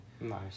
Nice